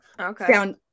Okay